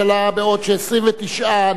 בעוד ש-29 נגד,